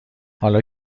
حالا